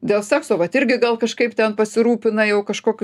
dėl sekso vat irgi gal kažkaip ten pasirūpina jau kažkokiu